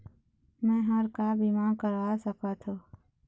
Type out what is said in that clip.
मैं हर का बीमा करवा सकत हो?